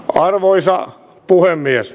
arvoisa puhemies